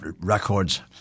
Records